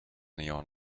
neon